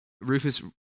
Rufus